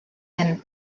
and